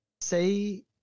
say